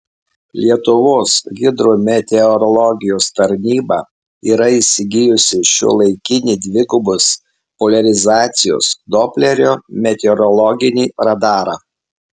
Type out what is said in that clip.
lietuvos hidrometeorologijos tarnyba yra įsigijusi šiuolaikinį dvigubos poliarizacijos doplerio meteorologinį radarą